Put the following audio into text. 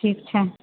ठीक छै